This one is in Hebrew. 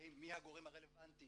ומזהים מי הגורם הרלבנטי